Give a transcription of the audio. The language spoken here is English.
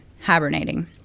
hibernating